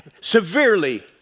severely